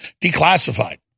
declassified